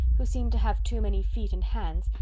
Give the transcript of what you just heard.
who seemed to have too many feet and hands,